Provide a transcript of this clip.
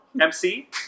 MC